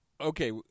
Okay